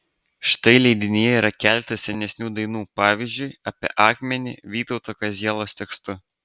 štai leidinyje yra keletas senesnių dainų pavyzdžiui apie akmenį vytauto kazielos tekstu